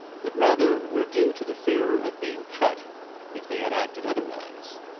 but rather were due to the fear of being cut if they had acted otherwise.